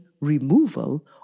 removal